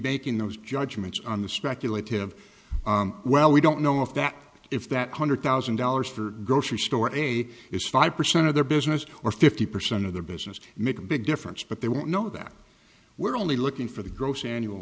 baking those judgements on the speculative well we don't know if that if that hundred thousand dollars for grocery store a j is five percent of their business or fifty percent of their business make a big difference but they won't know that we're only looking for the gross annual